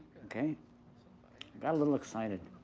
okay? i got a little excited.